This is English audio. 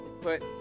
put